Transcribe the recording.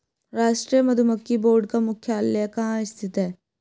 राष्ट्रीय मधुमक्खी बोर्ड का मुख्यालय कहाँ स्थित है?